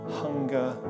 hunger